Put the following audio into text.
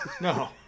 no